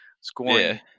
scoring